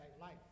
life